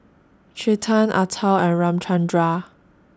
Chetan Atal and Ramchundra